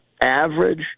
average